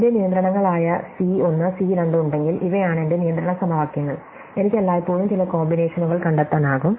എന്റെ നിയന്ത്രണങ്ങളായ C 1 C 2 ഉണ്ടെങ്കിൽ ഇവയാണ് എന്റെ നിയന്ത്രണ സമവാക്യങ്ങൾ എനിക്ക് എല്ലായ്പ്പോഴും ചില കോമ്പിനേഷനുകൾ കണ്ടെത്താനാകും